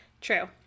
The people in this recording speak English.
true